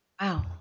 wow